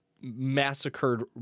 massacred